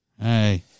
Hey